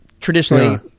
traditionally